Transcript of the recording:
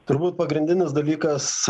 turbūt pagrindinis dalykas